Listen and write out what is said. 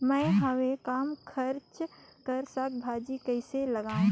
मैं हवे कम खर्च कर साग भाजी कइसे लगाव?